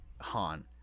Han